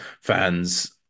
fans